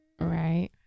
right